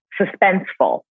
suspenseful